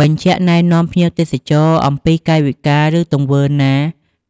បញ្ជាក់ណែនាំភ្ញៀវទេសចរអំពីកាយវិការ ឬទង្វើណា